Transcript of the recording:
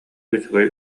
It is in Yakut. үчүгэй